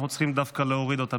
אנחנו צריכים דווקא להוריד אותן.